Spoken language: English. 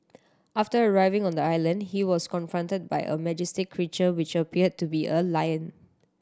after arriving on the island he was confronted by a majestic creature which appeared to be a lion